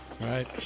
right